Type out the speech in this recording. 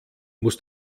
muss